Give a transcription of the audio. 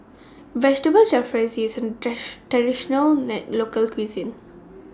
Vegetable Jalfrezi IS A Traditional A Local Cuisine